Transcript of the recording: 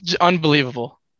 Unbelievable